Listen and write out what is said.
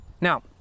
Now